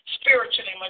spiritually